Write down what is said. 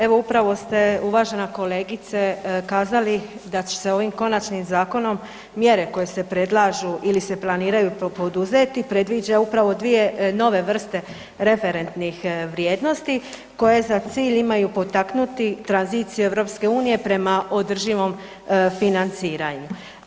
Evo upravo ste uvažena kolegice, kazali da će se ovim konačnim zakonom mjere koje se predlažu ili se planiraju poduzeti, predviđaju upravo dvije nove vrste referentnih vrijednosti koje za cilj imaju potaknuti tranziciju EU-a prema održivom financiranju.